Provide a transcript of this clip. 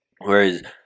Whereas